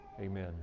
Amen